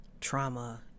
trauma